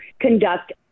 conduct